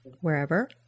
wherever